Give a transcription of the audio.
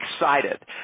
excited